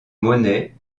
monnaies